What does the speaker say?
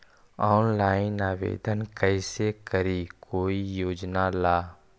Online आवेदन कैसे करी कोई योजना ला?